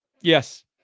Yes